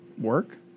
work